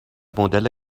مدل